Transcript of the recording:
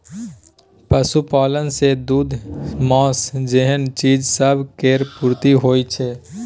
पशुपालन सँ दूध, माँस जेहन चीज सब केर पूर्ति होइ छै